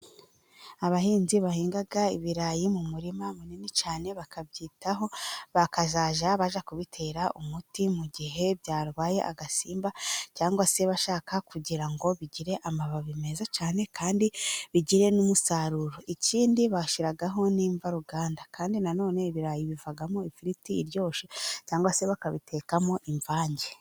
Abahinzi bahinga ibirayi mu murima munini cyane bakabyitaho bakazajya bajya kubitera umuti, mu gihe byarwaye agasimba cyangwa se bashaka kugira ngo bigire amababi meza cyane kandi bigire n'umusaruro. Ikindi bashyiraho n'imvaruganda, kandi nanone ibirayi bivamo ifiriti iryoshye cyangwa se bakabitekamo imvange.